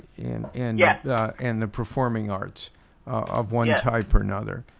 and and yeah and the performing arts of one type or another.